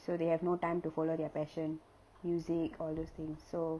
so they have no time to follow their passion music all those things so